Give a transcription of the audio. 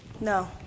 no